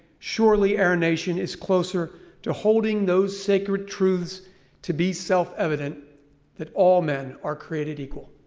surely our nation is closer to holding those sacred truths to be self evident that all men are created equal.